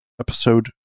episode